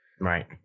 Right